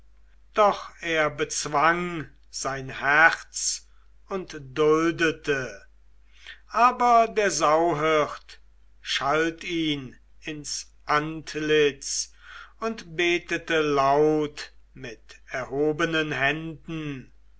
doch er bezwang sein herz und duldete aber der sauhirt schalt ihn ins antlitz und betete laut mit erhobenen händen